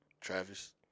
Travis